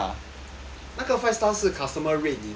那个 five star 是 customer rate 你的是吗